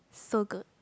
so good